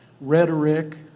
rhetoric